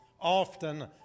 often